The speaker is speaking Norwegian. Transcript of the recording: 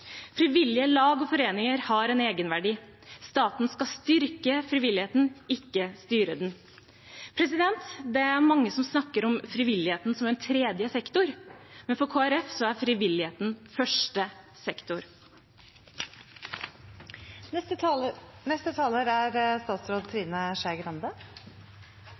Frivillige lag og foreninger har en egenverdi. Staten skal styrke frivilligheten, ikke styre den. Det er mange som snakker om frivilligheten som en tredje sektor, men for Kristelig Folkeparti er frivilligheten første sektor. Frivilligheten er en av steinene i grunnmuren i et samfunn som er